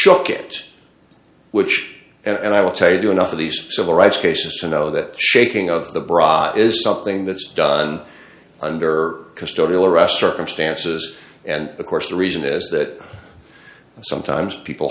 shook it which and i will tell you enough of these civil rights cases to know that shaking of the bra is something that's done under custodial arrest circumstances and of course the reason is that sometimes people